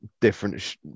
different